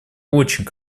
очень